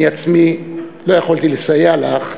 אני עצמי לא יכולתי לסייע לך,